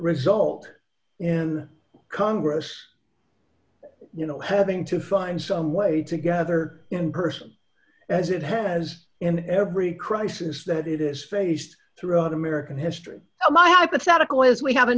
result in congress you know having to find some way together in person as it has in every crisis that it is faced throughout american history my hypothetical is we have a